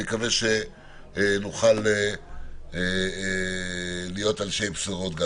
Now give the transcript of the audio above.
אני מקווה שנוכל להיות אנשי בשורות.